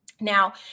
Now